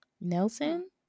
Nelson